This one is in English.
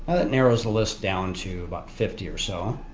that narrows the list down to about fifty or so.